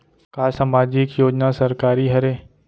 का सामाजिक योजना सरकारी हरे?